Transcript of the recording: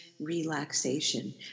relaxation